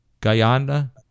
Guyana